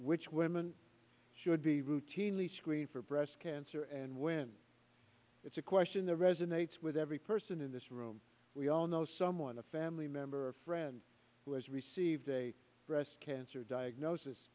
which women should be routinely screened for breast cancer and when it's a question the resonates with every person in this room we all know someone a family member or friend who has received a breast cancer diagnosis